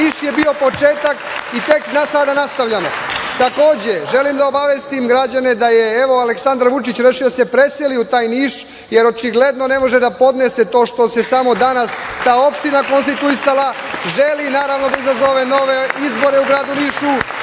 Niš je bio početak i tek sada nastavljamo. Takođe, želim da obavestim građane da je evo Aleksandar Vučić rešio da se preseli u taj Niš, jer očigledno ne može da podnese to što se samo ta opština konstituisala, želi da izazove nove izbore u gradu Nišu,